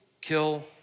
kill